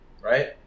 Right